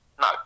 No